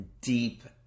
deep